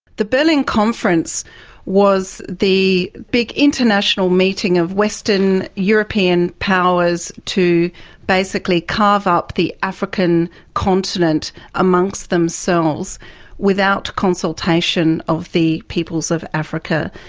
the berlin conference was the big international meeting of western european powers to basically carve up the african continent amongst themselves without consultation of the peoples of africa.